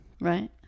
right